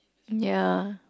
mm ya